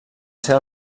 ser